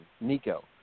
Nico